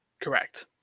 Correct